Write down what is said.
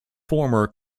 former